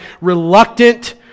reluctant